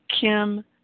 Kim